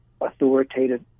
authoritative